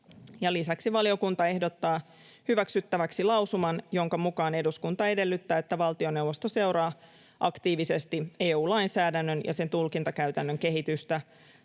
Lisäksi valiokunta ehdottaa hyväksyttäväksi lausuman, jonka mukaan ”eduskunta edellyttää, että valtioneuvosto seuraa aktiivisesti EU-lainsäädännön ja sen tulkintakäytännön kehitystä